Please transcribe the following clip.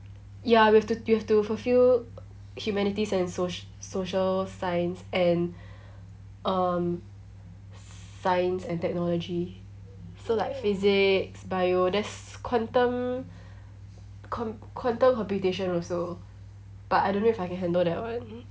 ya we have to you have to fulfil humanities and soc~ social science and um science and technology so like physics bio there's quantum com~ quantum computation also but I don't know if I can handle that one